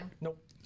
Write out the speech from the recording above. Nope